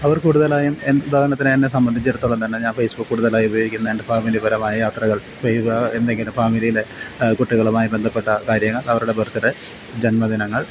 അവർക്ക് കൂടുതലായും ഉദാഹരണത്തിന് എന്നെ സംബന്ധിച്ചെടുത്തോളം തന്നെ ഞാൻ ഫേസ്ബുക്ക് കൂടുതായി ഉപയോഗിക്കുന്ന എൻ്റെ ഫാമിലി പരമായി യാത്രകൾ എന്തെങ്കിലും ഫാമിലിയിൽ കുട്ടികളുമായി ബന്ധപ്പെട്ട കാര്യങ്ങൾ അവരുടെ ബർത്ത്ഡേ ജന്മദിനങ്ങൾ